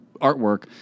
artwork